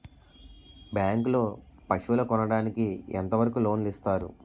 Bank లో పశువుల కొనడానికి ఎంత వరకు లోన్ లు ఇస్తారు?